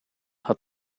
had